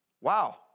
wow